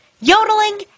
yodeling